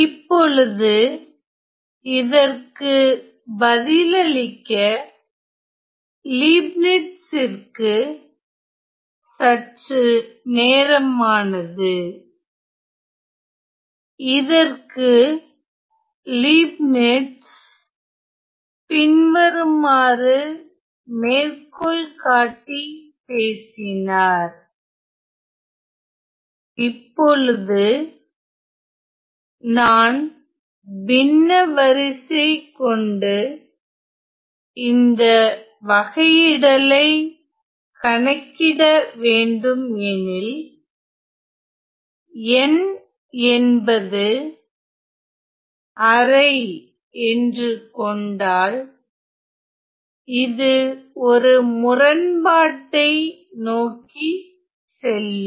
இப்பொழுது இதற்கு பதிலளிக்க லீப்னிஸ்ஸிற்கு சற்று நேரமானது இதற்கு லீப்னிஸ் பின்வருமாறு மேற்கோள் காட்டி பேசினார் இப்பொழுது நான் பின்ன வரிசை கொண்டு இந்த வகையிடலை கணக்கிட வேண்டுமெனில் n என்பது அரை என்று கொண்டால் இது ஒரு முரண்பாட்டை நோக்கி செல்லும்